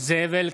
זאב אלקין,